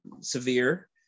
severe